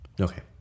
Okay